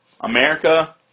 America